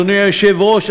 אדוני היושב-ראש,